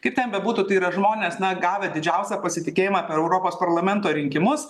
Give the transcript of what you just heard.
kaip ten bebūtų tai yra žmonės na gavę didžiausią pasitikėjimą per europos parlamento rinkimus